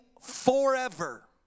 forever